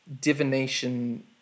divination